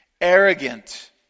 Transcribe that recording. arrogant